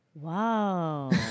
Wow